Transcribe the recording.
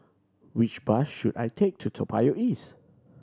which bus should I take to Toa Payoh East